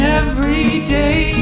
everyday